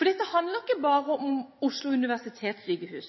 For dette handler ikke bare om Oslo universitetssykehus;